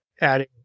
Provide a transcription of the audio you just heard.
adding